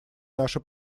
наши